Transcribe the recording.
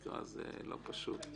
זה לא פשוט.